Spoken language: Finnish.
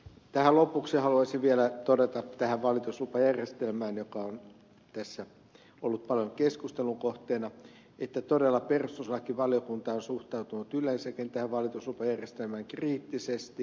tähän lopuksi haluaisin vielä todeta liittyen tähän valituslupajärjestelmään joka on tässä ollut paljon keskustelun kohteena että todella perustuslakivaliokunta on suhtautunut yleensäkin valituslupajärjestelmään kriittisesti